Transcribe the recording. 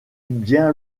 bien